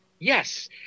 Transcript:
Yes